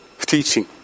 teaching